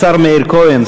השר מאיר כהן,